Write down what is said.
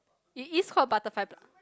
it is called butterfly park